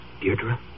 Deirdre